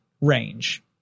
range